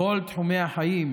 בכל תחומי החיים,